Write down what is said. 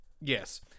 Yes